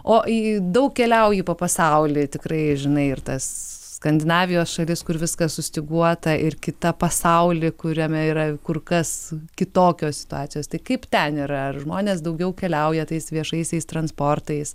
o į daug keliauju po pasaulį tikrai žinai ir tas skandinavijos šalis kur viskas sustyguota ir kita pasaulį kuriame yra kur kas kitokios situacijos tai kaip ten yra ar žmonės daugiau keliauja tais viešaisiais transportais